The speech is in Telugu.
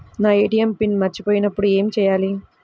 నా ఏ.టీ.ఎం పిన్ మర్చిపోయినప్పుడు ఏమి చేయాలి?